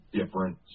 different